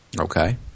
Okay